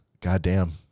goddamn